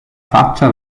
faccia